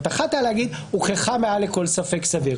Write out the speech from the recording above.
אחת יכלה לומר הוכחה מעל לכל ספק סביר,